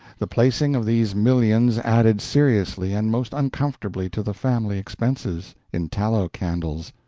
the placing of these millions added seriously and most uncomfortably to the family expenses in tallow candles.